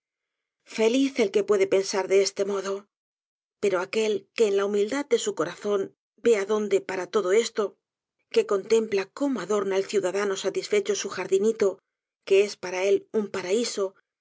beneficio feliz el que puede pensar de este modo pero aquel que en la humildad de su corazón ve adonde para todo esto que contempla cómo adorna el ciudadano satisfecho su jardinito que es para él un paraiso